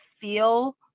feel